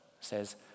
says